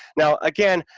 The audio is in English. now, again,